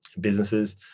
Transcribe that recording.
businesses